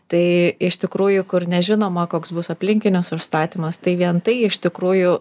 tai iš tikrųjų kur nežinoma koks bus aplinkinis užstatymas tai vien tai iš tikrųjų